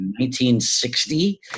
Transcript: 1960